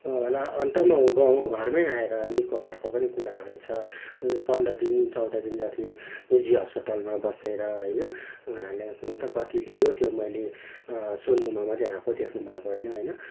ला अन्तमा ऊ गाउँ घरमै आएर निको भएको पनि कुराहरू छ पन्ध्र दिन चौध दिन जति निजी हस्पतालमा बसेर होइन उनीहरूले हुनु त कति लियो त्यो मैले सुन्नुमा मात्रै आएको देख्नुमा आएको होइन